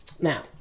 Now